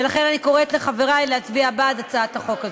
ולכן אני קוראת לחברי להצביע בעד הצעת החוק הזאת.